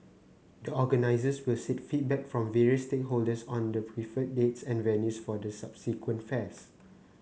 the organisers will seek feedback from various stakeholders on the preferred dates and venues for the subsequent fairs